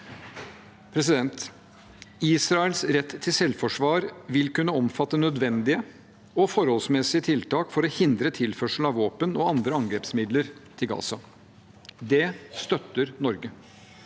Israels rett til selvforsvar vil kunne omfatte nødvendige og forholdsmessige tiltak for å hindre tilførsel av våpen og andre angrepsmidler til Gaza. Det støtter Norge.